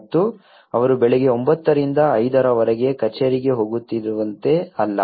ಮತ್ತು ಅವರು ಬೆಳಿಗ್ಗೆ 900 ರಿಂದ 500 ರವರೆಗೆ ಕಚೇರಿಗೆ ಹೋಗುತ್ತಿರುವಂತೆ ಅಲ್ಲ